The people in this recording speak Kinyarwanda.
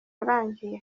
arangiye